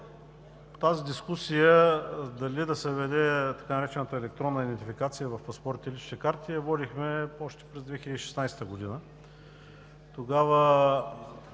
тази дискусия – дали да се даде така наречената електронна идентификация в паспорта и личните карти, я водихме още през 2016 г. Тогава